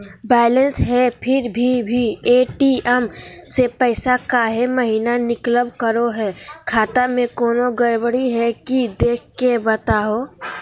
Balance है फिर भी भी ए.टी.एम से पैसा काहे महिना निकलब करो है, खाता में कोनो गड़बड़ी है की देख के बताहों?